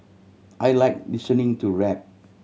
I like listening to rap